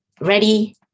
Ready